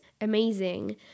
amazing